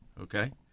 Okay